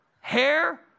Hair